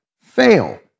fail